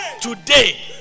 Today